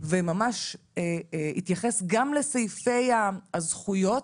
וממש התייחס גם לסעיפי הזכויות